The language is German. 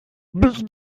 bist